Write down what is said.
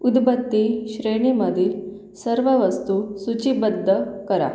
उदबत्ती श्रेणीमधील सर्व वस्तू सूचीबद्ध करा